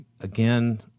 Again